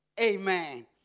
Amen